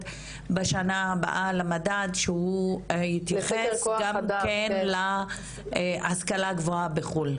בשנה הבאה למדד שהוא יתייחס גם כן להשכלה הגבוהה בחו"ל,